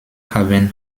haben